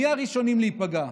מי הראשונים להיפגע?